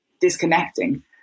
disconnecting